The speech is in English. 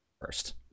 first